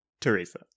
Teresa